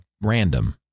random